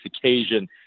occasion